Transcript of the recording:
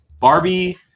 Barbie